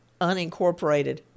unincorporated